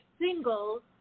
single